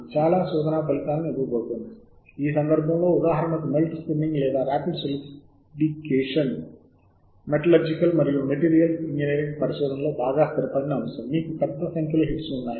మీరు ఏ రంగాల్లో ఈ కీలకపదాలను శోధించాలి అనేది స్పష్టంగా తెలుస్తుంది ఇక్కడ మీరు ఈ డ్రాప్ డౌన్ మెనుని నొక్కవచ్చు మరియు మీరు ఫీల్డ్ల జాబితాను చూస్తారు కనిపిస్తుంది